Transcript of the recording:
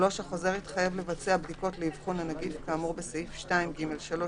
(3) החוזר התחייב לבצע בדיקות לאבחון הנגיף כאמור בסעיף 2(ג3)